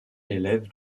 l’élève